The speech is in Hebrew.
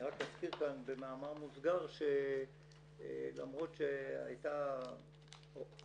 אני רק אזכיר כאן במאמר מוסגר שלמרות שהייתה דרישה,